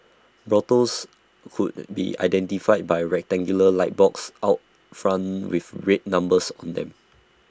brothels could be identified by A rectangular light box out front with red numbers on them